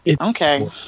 Okay